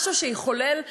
משהו שיחולל צמיחה,